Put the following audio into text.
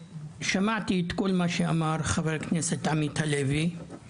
שמעתי את כל מה שאמר חבר הכנסת עמית הלוי,